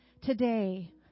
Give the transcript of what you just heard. today